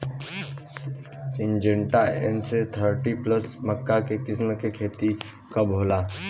Syngenta NK thirty plus मक्का के किस्म के खेती कब होला?